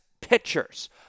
pitchers